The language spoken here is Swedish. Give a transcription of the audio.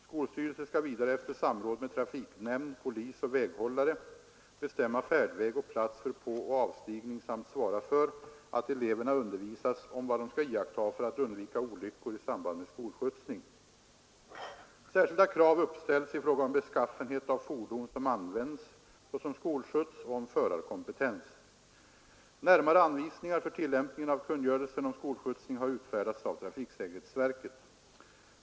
Skolstyrelse skall vidare efter samråd med trafiknämnd, polis och väghållare bestämma färdväg och plats för påoch avstigning samt svara för att eleverna undervisas om vad de skall iaktta för att undvika olyckor i samband med skolskjutsning. Särskilda krav uppställs i fråga om beskaffenhet av fordon som används såsom skolskjuts och om förarkompetens. Närmare anvisningar för tillämpningen av kungörelsen om skolskjutsning har utfärdats av trafiksäkerhetsverket.